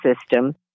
system